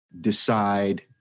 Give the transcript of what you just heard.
decide